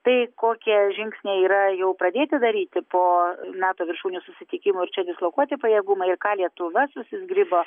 tai kokie žingsniai yra jau pradėti daryti po nato viršūnių susitikimo ir čia dislokuoti pajėgumai ir ką lietuva susizgribo